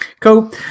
Cool